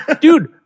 Dude